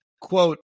quote